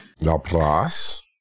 Laplace